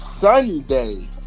Sunday